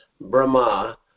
brahma